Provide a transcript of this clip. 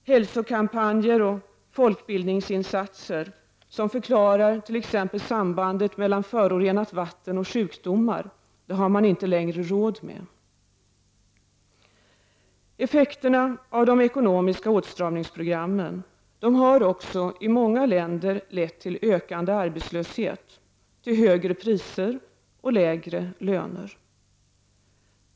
Hälsokampanjer och folkbildningsinsatser som förklarar sambandet mellan förorenat vatten och sjukdomar har man inte längre råd med. Effekterna av de ekonomiska åtstramningsprogrammen har också i många länder lett till ökande arbetslöshet, till högre priser och lägre löner.